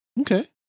Okay